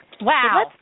Wow